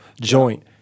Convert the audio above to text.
joint